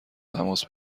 تماس